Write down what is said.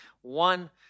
one